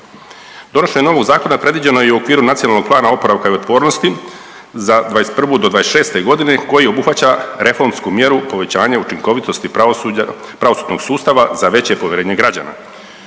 Donošenje novog zakona predviđeno je i u okviru Nacionalnog plana oporavka i otpornosti za '21-'26. g. koji obuhvaća reformsku mjeru povećanja učinkovitosti pravosuđa, pravosudnog sustava za veće povjerenje građana,